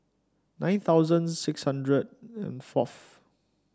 nine thousand six hundred and fourth